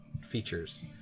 features